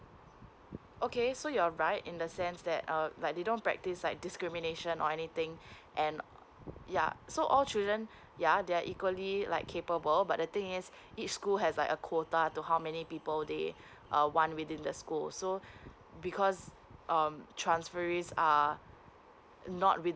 okay so you're right in the sense that um but they don't practice like discrimination or anything and ya so all children ya they are equally like capable but the thing is each school has like a quota uh to how many people they want within the school so because um transferring is uh not really